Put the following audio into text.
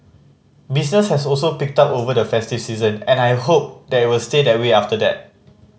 business has also picked up over the festive season and I hope that will stay that way after that